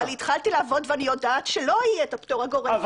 התחלתי לעבוד ואני יודעת שלא יהיה את הפטור הגורף.